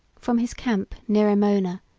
from his camp near aemona,